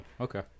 Okay